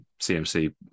CMC